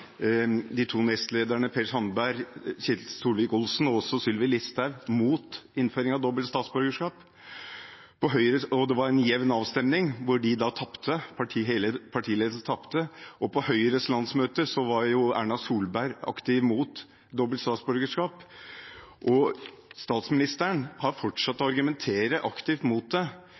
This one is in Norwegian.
de to nestlederne Per Sandberg og Ketil Solvik-Olsen og også Sylvi Listhaug, imot innføring av dobbelt statsborgerskap. Det var en jevn avstemning, der hele partiledelsen tapte. Dette framgår av referater. På Høyres landsmøte var Erna Solberg aktivt imot dobbelt statsborgerskap, og statsministeren har fortsatt å argumentere aktivt mot det.